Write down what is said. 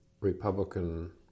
Republican